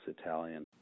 Italian